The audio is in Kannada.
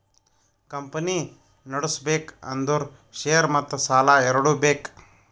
ಕಂಪನಿ ನಡುಸ್ಬೆಕ್ ಅಂದುರ್ ಶೇರ್ ಮತ್ತ ಸಾಲಾ ಎರಡು ಬೇಕ್